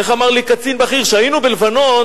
איך אמר לי קצין בכיר: כשהיינו בלבנון,